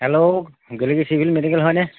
hello গেলেকী civil medical হয়নে